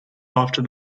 after